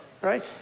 right